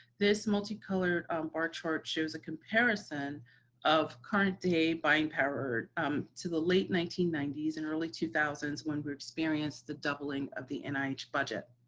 this multicolored bar chart shows a comparison of current day buying power um to the late nineteen ninety s and early two thousand s when we experienced the doubling of the nih budget.